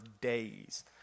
days